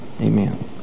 Amen